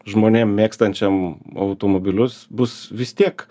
žmonėm mėgstančiam automobilius bus vis tiek